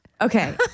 Okay